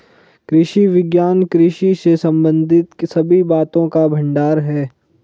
कृषि विज्ञान कृषि से संबंधित सभी बातों का भंडार है